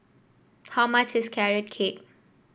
how much is Carrot Cake